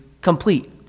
complete